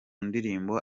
ndirimbo